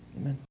amen